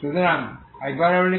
সুতরাং μL ≠0